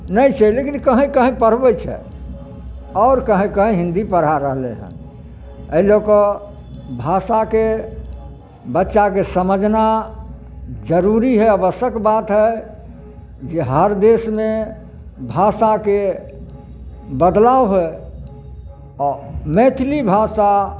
नहि छै लेकिन कही कही पढ़बै छै आओर कही कही हिन्दी पढ़ा रहलै हन एहि लऽ कऽ भाषाके बच्चाके समझना जरुरी है आवश्यक बात है जे हर देशमे भाषाके बदलाव है मैथिली भाषा